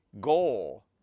goal